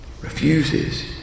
refuses